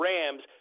Rams